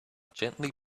gently